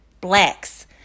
blacks